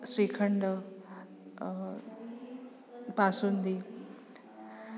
श्रीखण्डः पासुन्दी